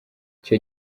icyo